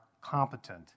competent